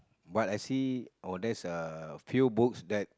but I see oh that's a few books that